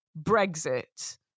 Brexit